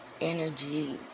energy